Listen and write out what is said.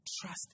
Trust